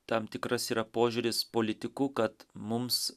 tam tikras yra požiūris politikų kad mums